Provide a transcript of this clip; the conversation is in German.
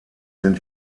sind